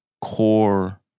core